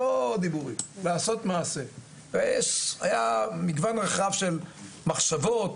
היה מגון רחב של מחשבות.